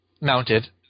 mounted